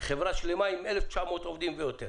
חברה שלמה עם 1,900 עובדים ויותר